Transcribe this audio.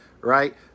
right